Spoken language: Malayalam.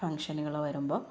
ഫംഗ്ഷനുകൾ വരുമ്പോൾ